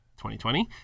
2020